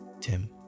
Tim